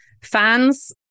fans